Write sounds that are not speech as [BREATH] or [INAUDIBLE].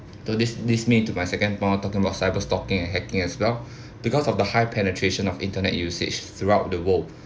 so this this made to my second point talking about cyber stalking and hacking as well [BREATH] because of the high penetration of internet usage throughout the world